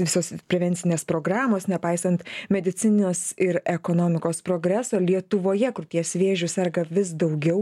visos prevencinės programos nepaisant medicinos ir ekonomikos progreso lietuvoje krūties vėžiu serga vis daugiau